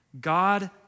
God